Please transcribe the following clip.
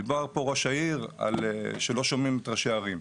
דיבר פה ראש העיר שלא שומעים את ראשי הערים.